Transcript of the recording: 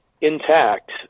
intact